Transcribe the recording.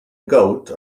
goat